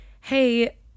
hey